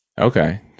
okay